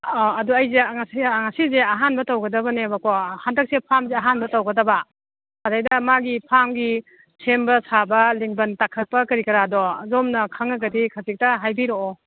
ꯑꯗꯣ ꯑꯩꯁꯦ ꯉꯁꯤꯁꯦ ꯑꯍꯥꯟꯕ ꯇꯧꯒꯗꯕꯅꯦꯕꯀꯣ ꯍꯟꯗꯛꯁꯦ ꯐꯥꯔꯝꯁꯦ ꯑꯍꯥꯟꯕ ꯇꯧꯒꯗꯕ ꯑꯗꯩꯗ ꯃꯥꯒꯤ ꯐꯥꯔꯝꯒꯤ ꯁꯦꯝꯕ ꯁꯥꯕ ꯂꯤꯡꯕꯟ ꯇꯥꯈꯠꯄ ꯀꯔꯤ ꯀꯔꯥꯗꯣ ꯑꯗꯣꯝꯅ ꯈꯪꯉꯒꯗꯤ ꯈꯖꯤꯛꯇ ꯍꯥꯏꯕꯤꯔꯛꯑꯣ